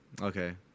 okay